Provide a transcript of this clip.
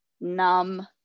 numb